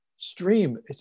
stream